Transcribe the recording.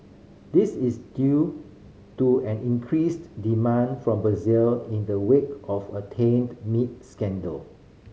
this is due to an increased demand from Brazil in the wake of a tainted meat scandal